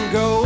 go